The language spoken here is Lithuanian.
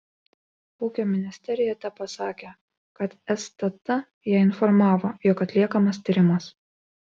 ūkio ministerija tepasakė kad stt ją informavo jog atliekamas tyrimas